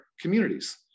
communities